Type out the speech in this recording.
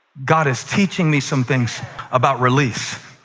god is teaching me some things about release.